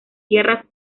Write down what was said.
tierras